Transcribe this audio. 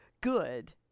good